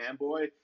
fanboy